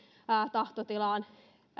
tahtotilaan